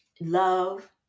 love